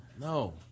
no